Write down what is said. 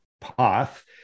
path